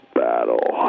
battle